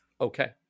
Okay